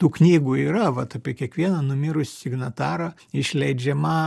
tų knygų yra vat apie kiekvieną numirusį signatarą išleidžiama